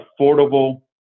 affordable